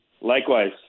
Likewise